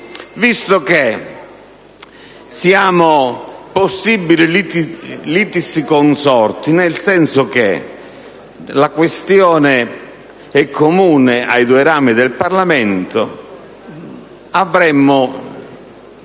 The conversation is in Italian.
visto che siamo possibili litisconsorti, nel senso che la questione è comune ai due rami del Parlamento, avremmo